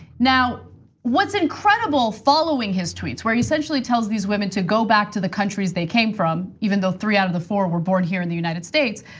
now what's incredible following his tweets, where he essentially tells these women to go back to the countries they came from, even though three out of the four were born here in the united states,